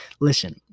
Listen